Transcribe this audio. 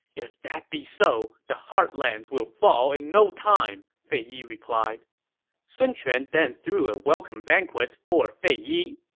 if that be so, the heartlands will fall in no time, fei yi replied sun quan then threw a welcome banquet for fei yi.